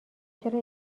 چرا